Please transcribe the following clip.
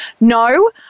No